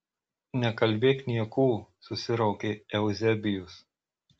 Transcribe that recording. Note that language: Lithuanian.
nekalbėk niekų susiraukė euzebijus